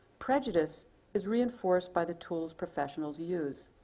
prejudice is reinforced by the tools professionals use.